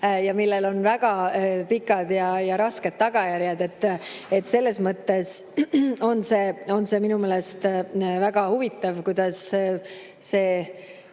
[lõhkumisel] on väga pikad ja rasked tagajärjed. Selles mõttes on see minu meelest väga huvitav, kuidas